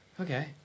Okay